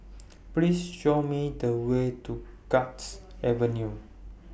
Please Show Me The Way to Guards Avenue